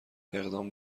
اقدام